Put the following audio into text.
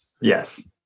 Yes